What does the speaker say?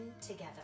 together